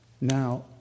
Now